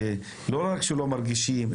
שלא רק שלא מרגישים אותה,